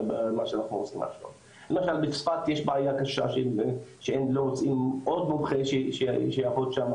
למשל בצפת יש בעיה קשה שהם לא מוצאים עוד מומחה שיעבוד שם,